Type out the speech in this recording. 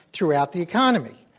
throughout the economy.